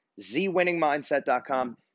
zwinningmindset.com